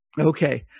Okay